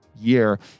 year